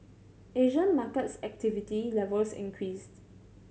Asian markets activity levels increased